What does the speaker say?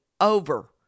over